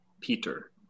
Peter